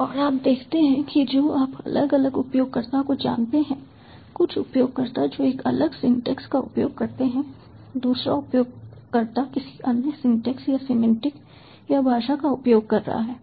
और आप देखते हैं कि जब हम उपयोगकर्ता इंटरप्रेटेबिलिटी के बारे में बात कर रहे हैं तो हमारे पास ये अलग अलग डिवाइस हैं जो आप अलग अलग उपयोगकर्ताओं को जानते हैं कुछ उपयोगकर्ता जो एक अलग सिंटैक्स का उपयोग करते हैं दूसरा उपयोगकर्ता किसी अन्य सिंटैक्स या सिमेंटिक या भाषा का उपयोग कर रहा है